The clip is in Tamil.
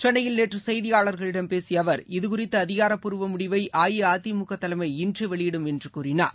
சென்னையில் நேற்றுசெய்தியாளர்களிடம் பேசியஅவர் இதுகுறித்தஅதிகாரப்பூர்வமுடிவைஅஇஅதிமுகதலைமை இன்றுவெளியிடும் என்றுகூறினார்